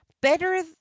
better